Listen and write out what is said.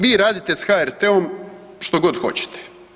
Vi radite sa HRT-om što god hoćete.